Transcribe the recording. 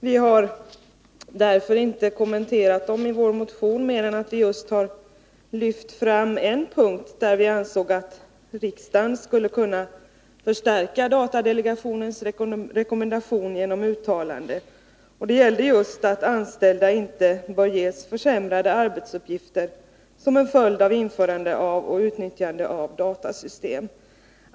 Vi har därför inte kommenterat dem i vår motion mer än att vi just har lyft fram en punkt, där vi ansåg att riksdagen skulle kunna förstärka datadelegationens rekommendation genom ett uttalande. Det gällde just att anställda inte bör ges försämrade arbetsuppgifter som en följd av införande och utnyttjande av datasystem.